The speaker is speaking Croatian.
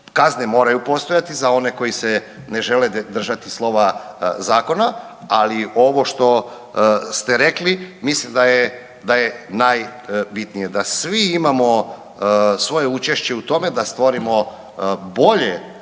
Kazne moraju postojati za one koji se ne žele držati slova zakona, ali ovo što ste rekli, mislim da je najbitnije, da svi imamo svoje učešće u tome da stvorimo bolje